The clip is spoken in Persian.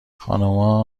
خانوما